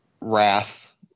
wrath